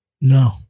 No